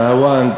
נהוונד,